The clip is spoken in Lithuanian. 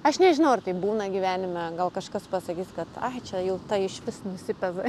aš nežinau ar taip būna gyvenime gal kažkas pasakys kad ai čia jau ta išvis nusipeza